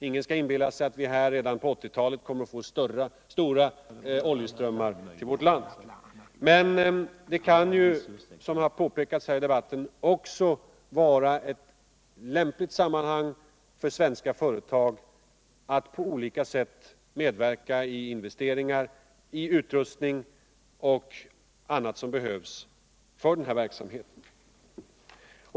Ingen skall inbilla sig att vi här redan på 1980-talet kommer att få stora oljeströmmar till vårt land. Men den kan, vilket påpekats här i debatten, också vara ett lämpligt sammanhang för svenska företag att på olika sätt medverka när det gäller investeringar, utrustning och annat som behövs för verksamheten.